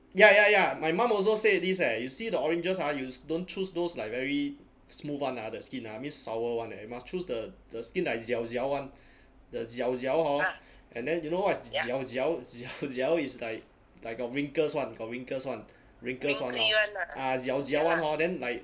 ya ya ya my mom also said this eh you see the oranges ah you don't choose those like very smooth [one] ah the skin ah means sour [one] eh you must choose the the skin like jiao jiao [one] the jiao jiao hor and then do you know what is jiao jiao jiao jiao is like like got wrinkles [one] got wrinkles [one] wrinkles [one] orh ah jiao jiao [one] orh then like